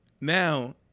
now